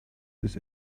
this